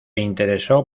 interesó